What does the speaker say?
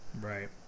Right